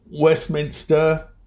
Westminster